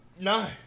No